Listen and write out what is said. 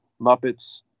Muppets